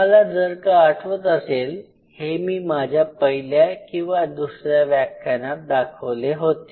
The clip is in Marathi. तुम्हाला जर का आठवत असेल हे मी माझ्या पहिल्या किंवा दुसऱ्या व्याख्यानात दाखवले होते